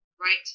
right